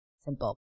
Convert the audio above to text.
simple